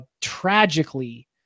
tragically